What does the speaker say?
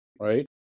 Right